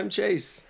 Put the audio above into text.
Chase